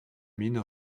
mine